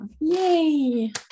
yay